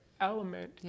element